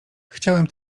chciałem